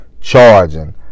charging